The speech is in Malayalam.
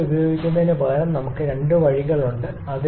ഇതുപോലൊന്ന് ഉപയോഗിക്കുന്നതിനുപകരം നമുക്ക് രണ്ട് വഴികളുണ്ട്